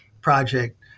project